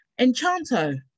Enchanto